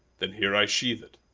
then here i sheathe it,